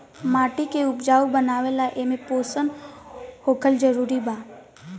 माटी के उपजाऊ बनावे ला एमे पोषण होखल जरूरी बा